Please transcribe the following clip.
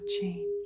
change